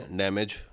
damage